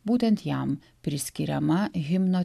būtent jam priskiriama himno